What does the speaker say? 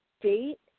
date